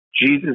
Jesus